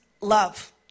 love